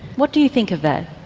what do you think of that.